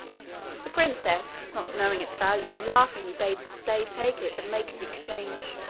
the princess, not knowing its value, laughingly bade the slave take it and make the exchange.